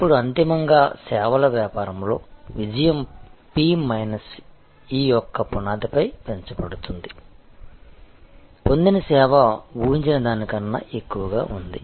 ఇప్పుడు అంతిమంగా సేవల వ్యాపారంలో విజయం p మైనస్ ఈ యొక్క పునాదిపై పెంచబడింది పొందిన సేవ ఊహించిన దానికన్నా ఎక్కువగా ఉంది